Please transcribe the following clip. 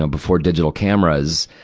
ah before digital cameras.